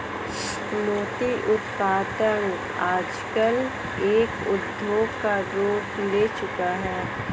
मोती उत्पादन आजकल एक उद्योग का रूप ले चूका है